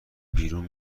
بیرون